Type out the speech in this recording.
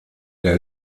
der